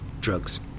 drugs